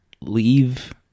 leave